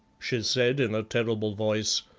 she said in a terrible voice.